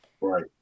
right